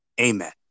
amen